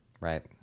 Right